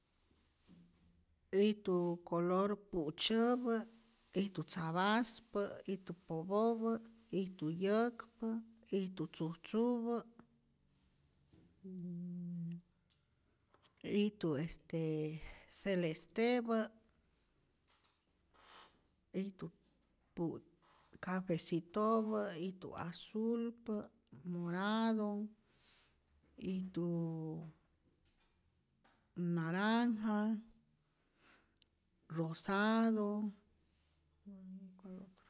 Ijtu color pu'tzyäpä', ijtu tzapaspä', ijtu popopä', ijtu yäkpa, ijtu tzujtzupä, yyy ijtu este celestepä, ijtu pu' cafecitopä, ijtu azulpä', morado, ijtu naranja, rosado, y cual otro.